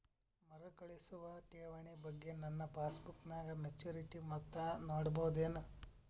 ಮರುಕಳಿಸುವ ಠೇವಣಿ ಬಗ್ಗೆ ನನ್ನ ಪಾಸ್ಬುಕ್ ನಾಗ ಮೆಚ್ಯೂರಿಟಿ ಮೊತ್ತ ನೋಡಬಹುದೆನು?